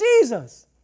Jesus